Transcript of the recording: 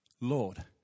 Lord